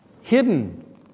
hidden